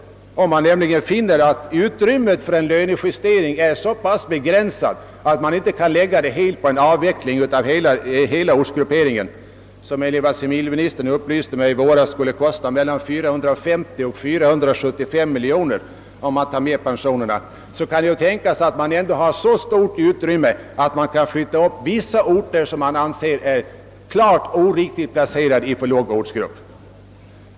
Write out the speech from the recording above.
Om man finner att utrymmet inte är så stort att man kan avveckla hela ortsgrupperingen — vilket enligt vad civilministern nämnde i våras skulle kosta mellan 450 och 475 miljoner kronor om man räknar med pensionerna — kan det tänkas att man ändå har så stort utrymme att man kan flytta upp vissa orter som man finner är klart felaktigt ortsgruppsplacerade.